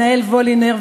ענהאל וולינר,